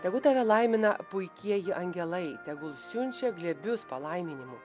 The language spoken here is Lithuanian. tegu tave laimina puikieji angelai tegul siunčia glėbius palaiminimų